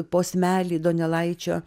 posmelį donelaičio